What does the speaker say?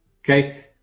Okay